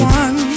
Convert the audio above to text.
one